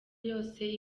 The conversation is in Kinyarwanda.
yose